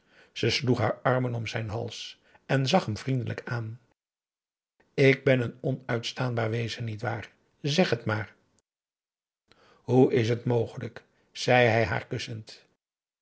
ze sloeg haar armen om zijn hals en zag hem vriendelijk aan ik ben een onuitstaanbaar wezen niet waar zeg het maar hoe is het mogelijk zei hij haar kussend